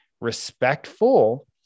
respectful